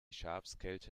schafskälte